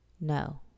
no